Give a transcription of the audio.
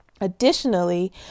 Additionally